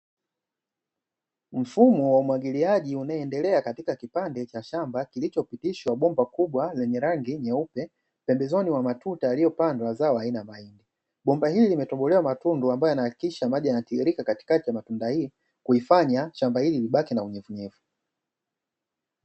Mfumo wa umwagiliaji unaoendelea katika kipande cha shamba kilichopitishwa bomba kubwa lenye rangi nyeupe pembezoni mwa matuta yaliyopandwa zao aina ya mahindi. Bomba hili limetobolewa matundu ambayo yanahakikisha maji yanatiririka katikati ya matuta hii kulifanya shamba libaki na unyevuunyevu.